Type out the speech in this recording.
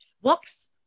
Whoops